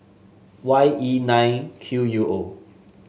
Y E nine Q U O